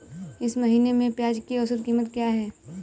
इस महीने में प्याज की औसत कीमत क्या है?